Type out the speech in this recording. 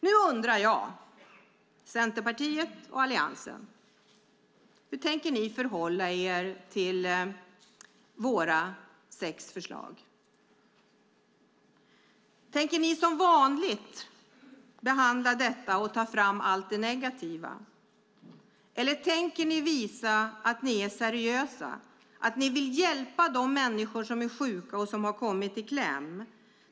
Nu undrar jag, Centerpartiet och Alliansen: Hur tänker ni förhålla er till våra sex förslag? Tänker ni behandla dem som vanligt och ta fram allt det negativa, eller tänker ni visa att ni är seriösa och att ni vill hjälpa de människor som är sjuka och som har kommit i kläm?